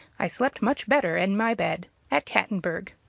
i slept much better in my bed at cattenburg.